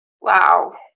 Wow